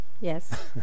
Yes